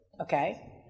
Okay